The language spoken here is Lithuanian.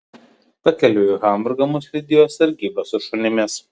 pakeliui į hamburgą mus lydėjo sargyba su šunimis